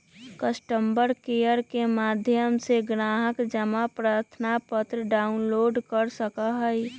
customer care के माध्यम से ग्राहक जमा प्रमाणपत्र डाउनलोड कर सका हई